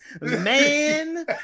man